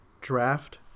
draft